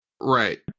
Right